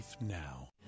now